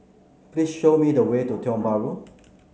please show me the way to Tiong Bahru